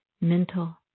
mental